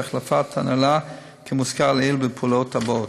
בהחלפת ההנהלה כמוזכר לעיל ובפעולות הבאות: